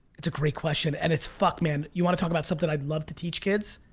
it's a great question and it's fuck man you wanna talk about something i'd love to teach kids